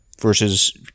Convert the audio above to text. versus